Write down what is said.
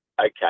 okay